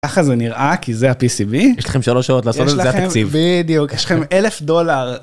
ככה זה נראה, כי זה ה-PCB, -יש לכם 3 שעות לעשות את-זה התקציב. יש ל-בדיוק, יש לכם 1000 דולר.